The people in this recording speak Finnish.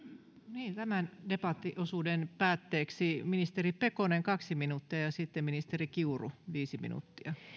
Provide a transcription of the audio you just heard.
tämän debattiosuuden päätteeksi ministeri pekonen kaksi minuuttia ja sitten ministeri kiuru viisi minuuttia